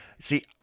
See